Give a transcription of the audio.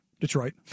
Detroit